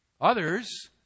Others